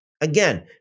Again